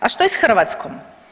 A što je sa Hrvatskom?